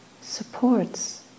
supports